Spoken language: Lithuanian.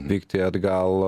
vykti atgal